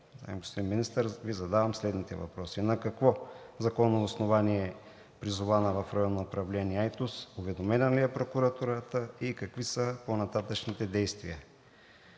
господин Министър, Ви задавам следните въпроси: на какво законово основание е призована в Районно управление – Айтос; уведомена ли е прокуратурата и какви са по-нататъшните действия?